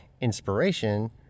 inspiration